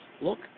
Look